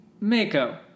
Mako